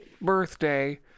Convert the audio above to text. birthday